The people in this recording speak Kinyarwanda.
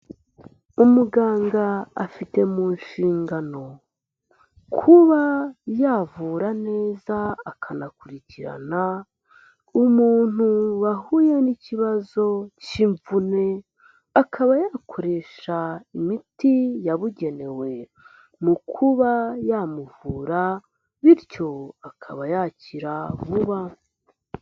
Umuganga afite mu nshingano kuba yavura neza akanakurikirana umuntu wahuye n'ikibazo cy'imvune, akaba yakoresha imiti yabugenewe mu kuba yamuvura, bityo akaba yakira vuba.